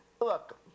Look